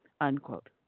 Unquote